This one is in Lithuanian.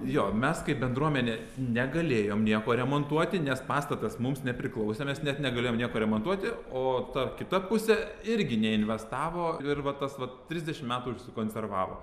jo mes kaip bendruomenė negalėjom nieko remontuoti nes pastatas mums nepriklausė mes net negalėjom nieko remontuoti o ta kita pusė irgi neinvestavo ir va tas vat trisdešim metų užsikonservavo